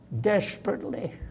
Desperately